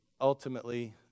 ultimately